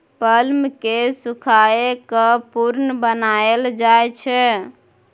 plum केँ सुखाए कए प्रुन बनाएल जाइ छै